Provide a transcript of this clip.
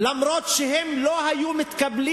אף שבשיטה הקיימת הם לא היו מתקבלים